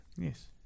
Yes